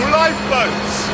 lifeboats